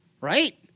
right